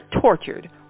tortured